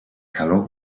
calor